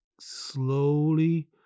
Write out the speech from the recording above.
slowly